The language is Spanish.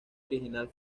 original